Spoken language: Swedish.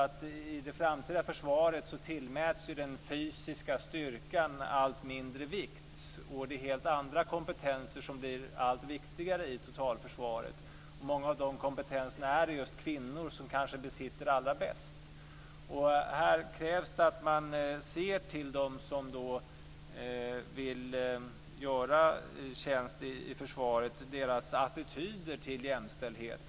I det framtida försvaret tillmäts ju den fysiska styrkan allt mindre vikt och det är helt andra kompetenser som blir allt viktigare i totalförsvaret. Många av de kompetenserna är det just kvinnor som kanske besitter allra mest. Här krävs det att man ser till attityderna till jämställdhet hos dem som vill göra tjänst i försvaret.